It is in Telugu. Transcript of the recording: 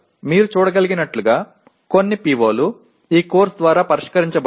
మీరు చూడగలిగినట్లుగా కొన్ని PO లు ఈ కోర్సు ద్వారా పరిష్కరించబడవు